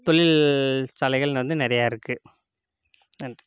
தொழில்சாலைகள் வந்து நிறையா இருக்குது நன்றி